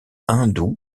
hindoue